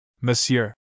Monsieur